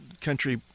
country